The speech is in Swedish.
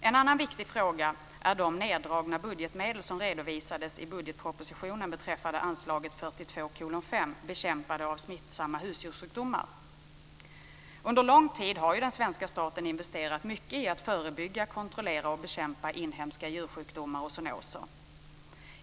En annan viktig fråga är de neddragna budgetmedel som redovisades i budgetpropositionen beträffande anslaget 42:5, Bekämpande av smittsamma husdjurssjukdomar. Under lång tid har den svenska staten investerat mycket i att förebygga, kontrollera och bekämpa inhemska djursjukdomar och zoonoser.